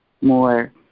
more